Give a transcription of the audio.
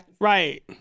Right